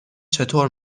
چطور